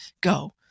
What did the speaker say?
go